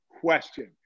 question